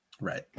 Right